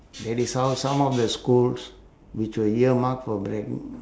that is how some of the schools which were year marked for break